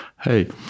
hey